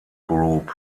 group